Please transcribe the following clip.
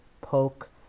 poke